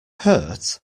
hurt